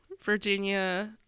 Virginia